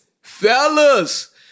Fellas